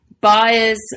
buyers